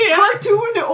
cartoon